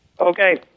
Okay